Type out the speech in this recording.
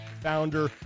Founder